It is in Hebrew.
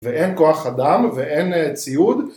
ואין כוח אדם ואין ציוד